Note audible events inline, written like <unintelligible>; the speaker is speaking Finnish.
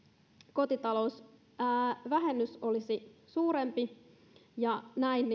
kotitalousvähennys olisi suurempi ja näin <unintelligible>